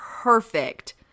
perfect